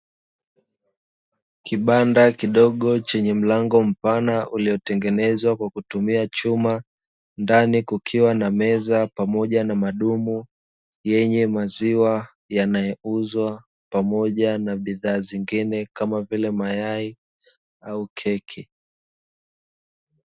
Kibanda kidogo chenye mlango mpana, uliotengenezwa kwa kutumia chuma. Ndani kukiwa na meza pamoja na madumu yenye maziwa yanayouzwa, pamoja na bidhaa nyingine kama vile, mayai au keki.